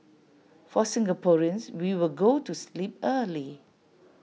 for Singaporeans we will go to sleep early